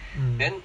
mm